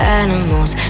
animals